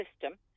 system